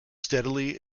steadily